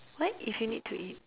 what if you need to eat